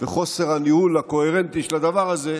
וחוסר הניהול הקוהרנטי של הדבר הזה,